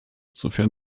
sofern